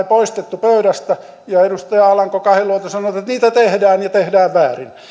poistettu pöydästä ja edustaja alanko kahiluoto sanoo että niitä tehdään ja tehdään väärin